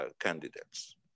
candidates